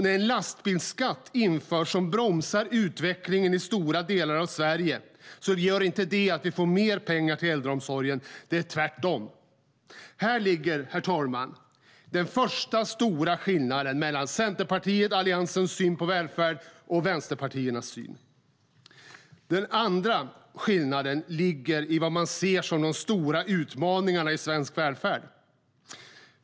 När en lastbilsskatt införs som bromsar utvecklingen i stora delar av Sverige gör inte det att vi får mer pengar till äldreomsorg - tvärtom. Den andra skillnaden ligger i vad man ser som de stora utmaningarna i svensk välfärd.